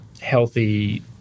healthy